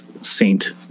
saint